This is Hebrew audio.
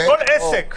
כל עסק.